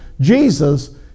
Jesus